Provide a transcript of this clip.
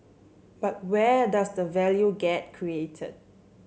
but where does the value get created